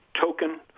token